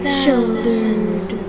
shouldered